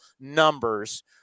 numbers